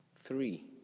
three